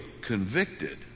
convicted